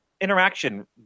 interaction